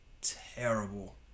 terrible